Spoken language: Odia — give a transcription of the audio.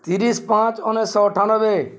ତିରିଶ ପାଞ୍ଚ ଉଣେଇଶହ ଅଠାନବେ